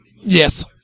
Yes